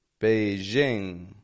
Beijing